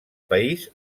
país